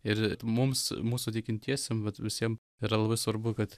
ir mums mūsų tikintiesiem bet visiem yra labai svarbu kad